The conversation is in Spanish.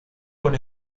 con